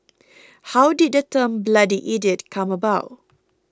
how did the term bloody idiot come about